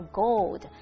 gold